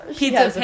pizza